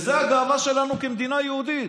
וזו הגאווה שלנו כמדינה יהודית.